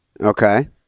Okay